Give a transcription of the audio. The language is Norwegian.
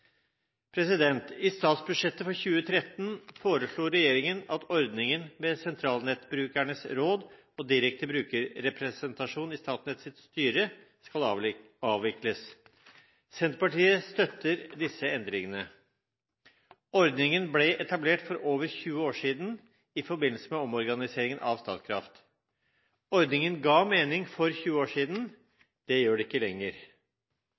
I statsbudsjettet for 2013 foreslo regjeringen at ordningen med sentralnettbrukernes råd og direkte brukerrepresentasjon i Statnetts styre skal avvikles. Senterpartiet støtter disse endringene. Ordningen ble etablert for over 20 år siden, i forbindelse med omorganiseringen av Statkraft. Ordningen ga mening for 20 år siden, det gjør den ikke lenger.